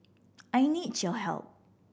I need your help